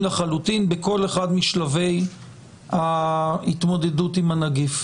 לחלוטין בכל אחד משלבי ההתמודדות עם הנגיף?